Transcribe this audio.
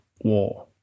War